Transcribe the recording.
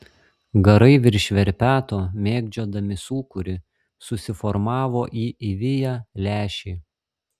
garai virš verpeto mėgdžiodami sūkurį susiformavo į įviją lęšį